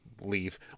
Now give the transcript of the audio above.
leave